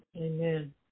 Amen